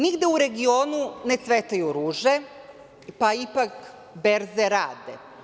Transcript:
Nigde u regionu ne cvetaju ruže, pa ipak berze rade.